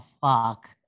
fuck